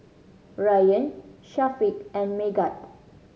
Ryan Syafiq and Megat